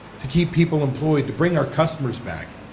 to keep people employed, to bring our customers back.